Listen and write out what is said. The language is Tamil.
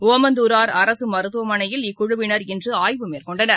ஒமந்தூரார் அரசுமருத்துவமனையில் இக்குழுவினர் இன்றுஆய்வு மேற்கொண்டனர்